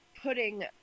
putting